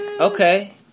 Okay